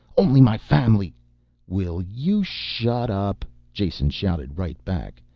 only my family will you shut up! jason shouted right back.